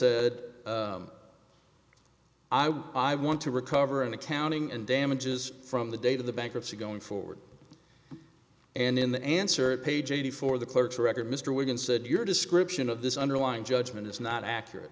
want i want to recover an accounting and damages from the date of the bankruptcy going forward and in the answer page eighty four the clerk's record mr wiggins said your description of this underlying judgment is not accurate